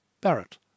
Barrett